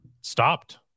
stopped